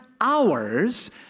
hours